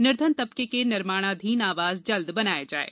निर्धन तबके के निर्माणाधीन आवास जल्द बनें